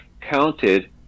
counted